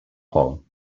paul